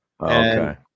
Okay